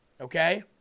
Okay